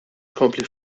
jkompli